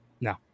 No